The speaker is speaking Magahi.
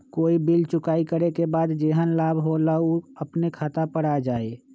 कोई बिल चुकाई करे के बाद जेहन लाभ होल उ अपने खाता पर आ जाई?